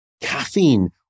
Caffeine